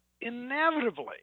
inevitably